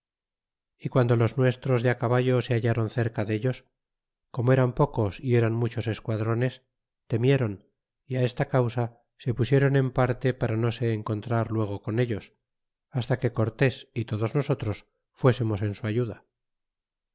y quando los nuestros de caballo se hallron cerca dellos como eran pocos y eran muchos esquadrones temieron é esta causa se pusieron en parte para no'se encontrar luego con ellos hasta que cortés y todos nosotros fuésemos en su ayuda